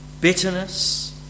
bitterness